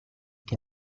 che